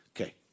Okay